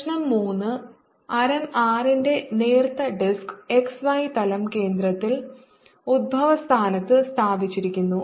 പ്രശ്നo 3 ആരം R ന്റെ നേർത്ത ഡിസ്ക് x y തലം കേന്ദ്രത്തിൽ ഉത്ഭവസ്ഥാനത്ത് സ്ഥാപിച്ചിരിക്കുന്നു